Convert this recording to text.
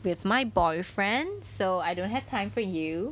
with my boyfriend so I don't have time for you